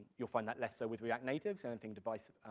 you'll find that less so with react native, so anything device-specific,